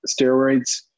steroids